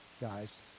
guys